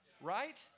right